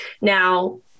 Now